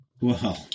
Wow